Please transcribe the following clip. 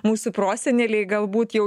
mūsų proseneliai galbūt jau